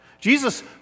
Jesus